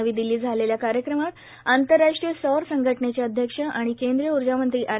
नवी दिल्लीत झालेल्या कार्यक्रमात आंतरराष्ट्रीय सौर संघटनेचे अध्यक्ष आणि केंद्रीय उर्जामंत्री आर